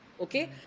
Okay